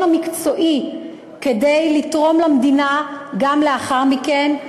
המקצועי כדי לתרום למדינה גם לאחר מכן.